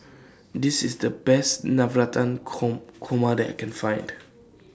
This IS The Best Navratan Korma that I Can Find